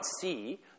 see